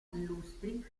illustri